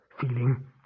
feeling